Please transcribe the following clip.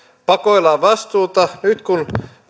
paikoillaan vastuuta nyt kun